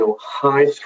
high